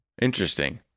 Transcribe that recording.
Interesting